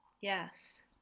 Yes